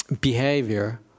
behavior